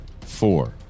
four